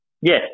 Yes